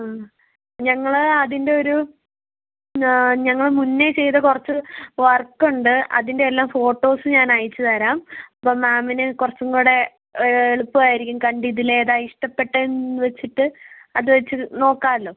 ആ ഞങ്ങള് അതിൻ്റെയൊരു ഞങ്ങള് മുൻപേ ചെയ്ത കുറച്ച് വർക്ക് ഉണ്ട് അതിൻ്റെയെല്ലാം ഫോട്ടോസ് ഞാനയച്ച് തരാം അപ്പം മാമിന് കുറച്ചും കൂടെ എളുപ്പമായിരിക്കും കണ്ടതിൽ ഏതാ ഇഷ്ടപ്പെട്ടതെന്ന് വെച്ചിട്ട് അത് വെച്ച് നോക്കാലോ